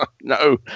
no